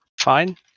fine